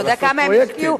אבל עשו פרויקטים.